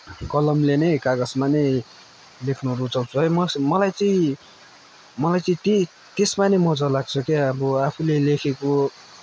कलमले नै कागजमा नै लेख्न रुचाउँछु है मलाई मलाई चाहिँ मलाई चाहिँ त्यही त्यसमा नै मजा लाग्छ क्या अब आफूले लेखेको